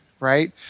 right